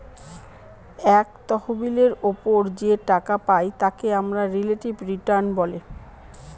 এক তহবিলের ওপর যে টাকা পাই তাকে আমরা রিলেটিভ রিটার্ন বলে